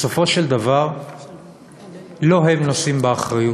בסופו של דבר לא הם נושאים באחריות.